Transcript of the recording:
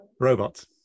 Robots